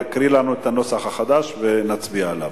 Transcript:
יקריא לנו את הנוסח החדש ונצביע עליו,